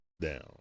down